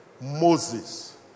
Moses